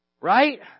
Right